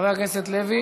חבר הכנסת לוי